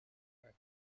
are